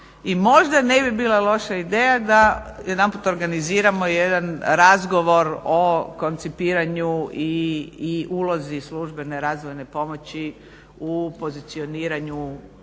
i možda ne bi bila loša ideja da jedanput organiziramo jedan razgovor o koncipiranju i ulozi službene razvojne pomoći u pozicioniranju